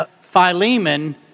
Philemon